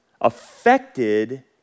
affected